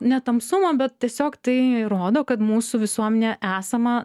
ne tamsumo bet tiesiog tai rodo kad mūsų visuomenėje esama